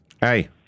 Hey